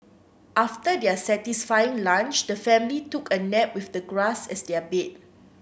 after their satisfying lunch the family took a nap with the grass as their bed